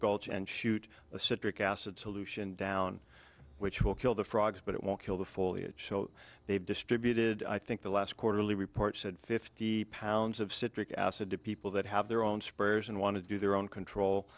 gulch and shoot a citric acid solution down which will kill the frogs but it won't kill the foliage so they've distributed i think the last quarterly report said fifty pounds of citric acid to people that have their own spares and want to do their own control